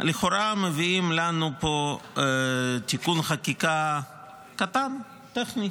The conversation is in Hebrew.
לכאורה מביאים לנו פה תיקון חקיקה קטן, טכני.